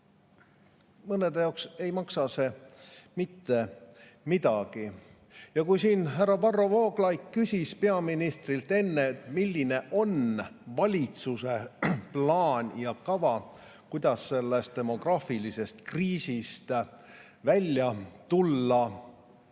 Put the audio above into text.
mõne jaoks ei maksa see mitte midagi. Kui siin härra Varro Vooglaid küsis enne peaministrilt, milline on valitsuse plaan ja kava, kuidas sellest demograafilisest kriisist välja tulla,